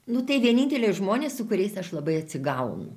nu tai vieninteliai žmonės su kuriais aš labai atsigaunu